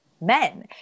men